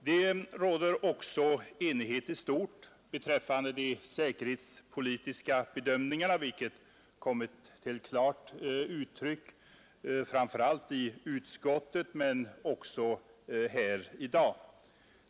Det råder också enighet i stort beträffande de säkerhetspolitiska bedömningarna, vilket kommit till klart uttryck framför allt i utskottet men också här i dag.